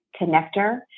connector